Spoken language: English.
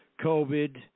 COVID